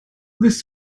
this